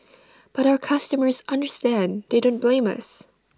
but our customers understand they don't blame us